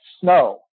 snow